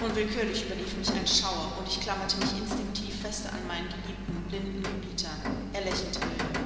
unwillkürlich überlief mich ein schauer und ich klammerte mich instinktiv fester an meinen geliebten blinden gebieter er lächelte milde